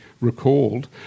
recalled